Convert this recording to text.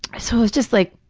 so it's just like,